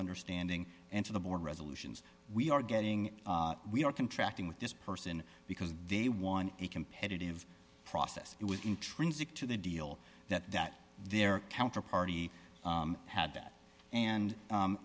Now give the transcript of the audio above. understanding and to the board resolutions we are getting we are contracting with this person because they won a competitive process it was intrinsic to the deal that that their counterparty had that and